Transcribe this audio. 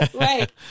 right